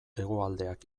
hegoaldeak